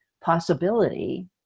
possibility